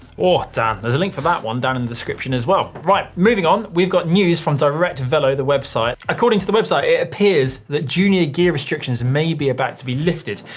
oh dan, there's a link for that one down in the description as well. right, moving on, we've got news from directvelo, the website. according to the website, it appears that junior gear restrictions may be about to be lifted.